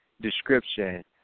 description